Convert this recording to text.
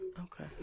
Okay